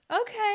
okay